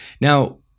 Now